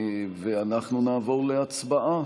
אנחנו נעבור להצבעה.